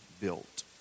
built